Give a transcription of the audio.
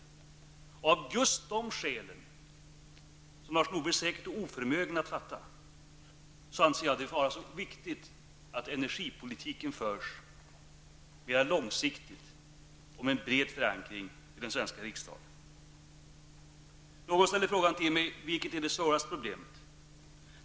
Det är av just det skälet, som Lars Norberg säkert är oförmögen att fatta, som jag anser det vara så viktigt att energipolitiken förs mera långsiktigt och med en bred förankring i den svenska riksdagen. Någon ställde frågan till mig om vilket som är det svåraste problemet.